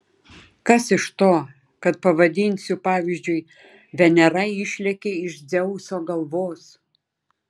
kas iš to kad pavadinsiu pavyzdžiui venera išlėkė iš dzeuso galvos